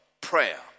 prayer